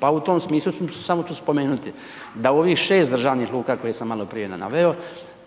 Pa u tom smislu samo ću spomenuti, da u ovih 6 državnih luka koje sam maloprije naveo,